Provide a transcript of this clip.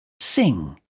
sing